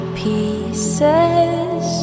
pieces